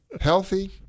healthy